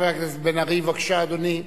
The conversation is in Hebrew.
חבר הכנסת בן-ארי, בבקשה, אדוני.